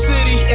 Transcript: City